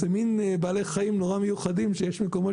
זה מן בעלי חיים נורא מיוחדים שיש מקומות